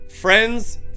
Friends